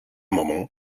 moment